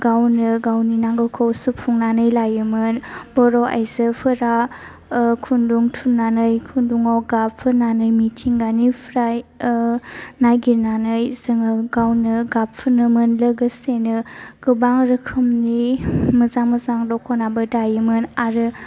गावनो गावनि नांगौखौ सुफुंनानै लायोमोन बर' आइजोफोरा खुन्दुं थुननानै खुन्दुंआव गाब फुननानै मिथिंगानिफ्राय नागिरनानै जोङो गावनो गाब फुनोमोन लोगोसेनो गोबां रोखोमनि मोजां मोजां दखनाबो दायोमोन आरो